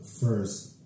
first